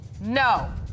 no